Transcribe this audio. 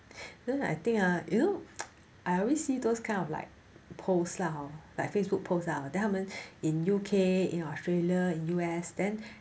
then I think ah you know I always see those kind of like post lah hor like facebook posts ah then 他们 in U_K in australia in U_S then